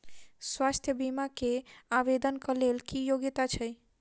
स्वास्थ्य बीमा केँ आवेदन कऽ लेल की योग्यता छै?